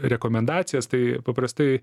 rekomendacijas tai paprastai